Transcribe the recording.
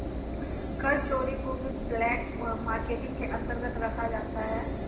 कर चोरी को भी ब्लैक मार्केटिंग के अंतर्गत रखा जाता है